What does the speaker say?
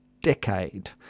decade